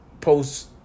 post